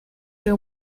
your